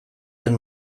den